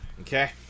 Okay